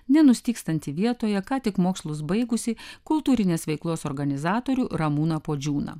nenustygstanti vietoje ką tik mokslus baigusį kultūrinės veiklos organizatorių ramūną puodžiūną